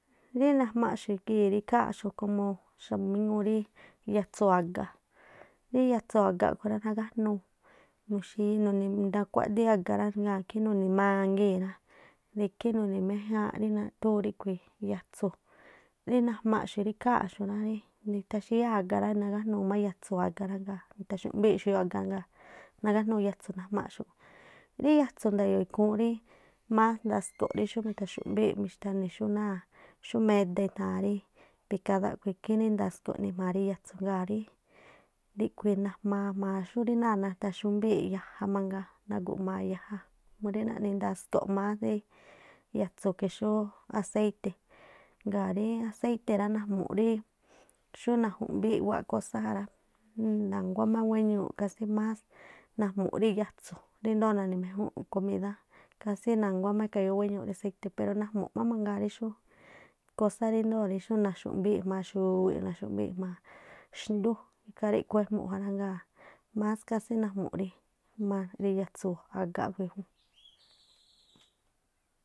Rí najmaaꞌxu̱ gii̱ rí ikháa̱nꞌxu̱ komo xa̱bu̱ míŋuu rí yatsu̱u̱ a̱ga. Rí yaꞌtsuu aga̱ aꞌkhui̱ rá, nuxíí nuni̱ ndakuáꞌdíín aga̱ rá, ngaa̱ ikhí má ini̱ mangii̱n rá, de ikhí nuni̱ méjáánꞌ rí nathúún yatsu̱ rí najma̱a̱xu̱ rí ikháa̱nꞌxu̱ rá rí mi̱tha̱xíyáa̱ aga̱ rá nagájnuu má yatsu̱u̱ a̱ga rá ŋgaa̱ mithaxu̱ꞌmbíi̱ꞌ xuyuuꞌ a̱ga ngaa̱ nagájnuu yatsu̱ najmaaꞌxu̱ꞌ. Rí yatsu̱ ndayo̱o̱ ikhúún rí más ndasko̱ꞌ rí xú mithaxu̱ꞌmbii̱ꞌ, mi̱xtha̱ni̱ xú náa̱ meda i̱thaa̱ rí picáda a̱ꞌkhui̱ ikhí rí ndasku̱ꞌ eꞌni jma̱a rí yatsu̱, ngaa̱ rí najmaa jma̱a xúrí náa̱ nathaxúmbíi̱ꞌ yaja mangaa, naguꞌmaa yaja murí naꞌni ndasko̱ más rí yatsu̱ que xú eséite̱. Ngaa̱ rí aséíte̱ najmu̱ rí xú naju̱mbii̱ꞌ i̱wáꞌ kósá ja rá, rí náa̱ na̱nguá má wéñuuꞌ kasí más najmu̱ꞌ rí yatsu̱n ríndoo̱ nani̱ méjúnꞌkomidá kasí na̱nguá má eka̱yóó wéñuuꞌ rí aséi̱te, pero najmu̱ꞌ má mangaa rí xú kósá rí xú na̱xu̱mbii̱ꞌ jma̱a xu̱wiꞌ, na̱xu̱mbii̱ꞌ xndú ikhaa riꞌkhui̱ ejmu̱ꞌ ja ngaa̱ más kasí najmu̱ꞌ rii mas ya̱tsu̱u̱ a̱ga khui̱.